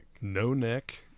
No-neck